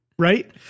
Right